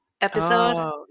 episode